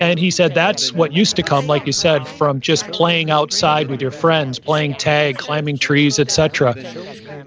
and he said, that's what used to come, like you said, from just playing outside with your friends, playing tag, climbing trees, et cetera.